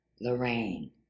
Lorraine